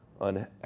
on